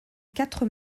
quatre